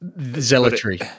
zealotry